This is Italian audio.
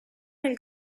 nel